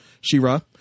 Shira